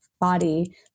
body